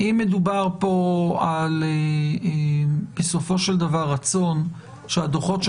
אם מדובר כאן על רצון שהדוחות של